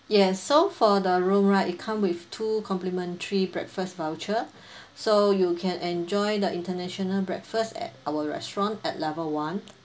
yes so for the room right it come with two complimentary breakfast voucher so you can enjoy the international breakfast at our restaurant at level one